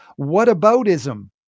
whataboutism